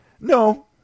No